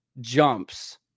jumps